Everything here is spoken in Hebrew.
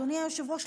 אדוני היושב-ראש,